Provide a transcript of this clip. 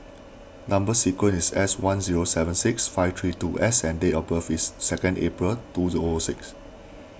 Number Sequence is S one zero seven six five three two S and date of birth is second April two O O six